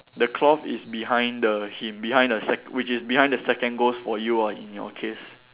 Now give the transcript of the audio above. the cloth is behind the him behind the sec~ which is behind the second ghost for you ah in your case